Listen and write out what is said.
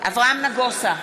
אברהם נגוסה,